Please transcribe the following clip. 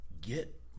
get